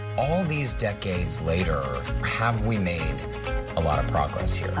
all these decades later, have we made a lot of progress here?